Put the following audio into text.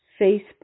Facebook